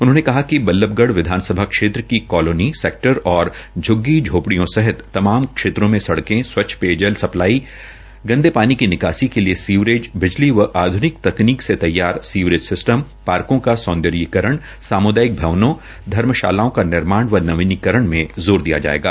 उन्होंने कहा कि बल्लभगढ़ विधानसभा क्षेत्र की कॉलोनी सेक्टर और झग्गी झोपड़ियों सहित तमाम क्षेत्रों में सड़कें स्वच्छ पेयजल सप्लाई लाईनें गंदे पानी की निकासी के लिए सीवरेज बिजली व आध्निक तकनीक से तैयार सीवरेज सिस्टम के पार्को का सौंदर्यीकरण सामूदायिक भवनों धर्मशालाओं का निर्माण व नवीनीकरण में जोर दिय जायेगा